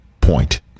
point